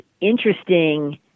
interesting